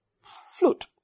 flute